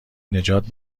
نجات